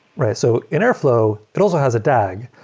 right? so in airflow, it also has a dag,